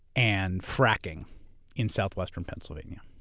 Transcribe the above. and fracking in southwestern pennsylvania.